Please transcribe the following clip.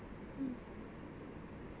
I miss going on holidays